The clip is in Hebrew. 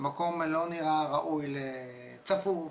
המקום לא נראה ראוי, צפוף.